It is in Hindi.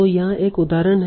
तो यहाँ एक उदाहरण है